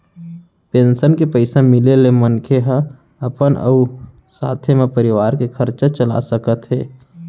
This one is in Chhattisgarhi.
पेंसन के पइसा मिले ले मनखे हर अपन अउ साथे म परवार के खरचा चला सकत हे